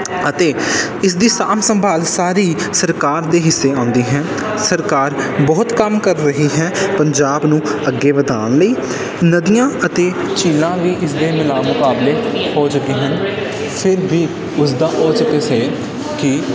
ਅਤੇ ਇਸ ਦੀ ਸਾਂਭ ਸੰਭਾਲ ਸਾਰੀ ਸਰਕਾਰ ਦੇ ਹਿੱਸੇ ਆਉਂਦੀ ਹੈ ਸਰਕਾਰ ਬਹੁਤ ਕੰਮ ਕਰ ਰਹੀ ਹੈ ਪੰਜਾਬ ਨੂੰ ਅੱਗੇ ਵਧਾਉਣ ਲਈ ਨਦੀਆਂ ਅਤੇ ਝੀਲਾਂ ਵੀ ਇਸਦੇ ਮੁਕਾਬਲੇ ਹੋ ਚੁੱਕੀਆਂ ਹਨ ਫਿਰ ਵੀ ਉਸਦਾ ਕੀ